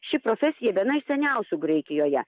ši profesija viena iš seniausių graikijoje